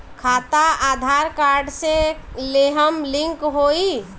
खाता आधार कार्ड से लेहम लिंक होई?